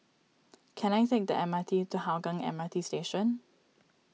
can I take the M R T to Hougang M R T Station